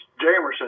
Jamerson